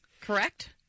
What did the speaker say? correct